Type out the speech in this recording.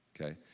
Okay